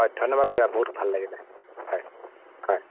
হয় ধন্যবাদ খুড়া বহুত ভাল লাগিলে হয় হয়